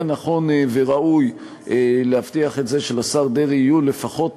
היה נכון וראוי להבטיח את זה שלשר דרעי יהיו לפחות